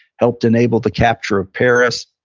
helped enable the capture of paris.